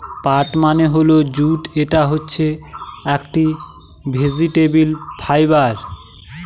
পাট মানে হল জুট এটা হচ্ছে একটি ভেজিটেবল ফাইবার